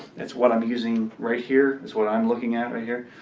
it's what i'm using right here, it's what i'm looking and here.